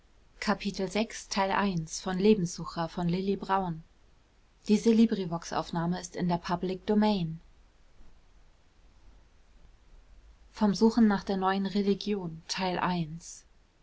kapitel vom suchen nach der neuen religion